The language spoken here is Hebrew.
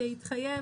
פרק כ"ג,